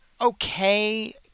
okay